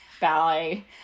ballet